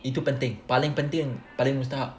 itu penting paling penting paling mustahak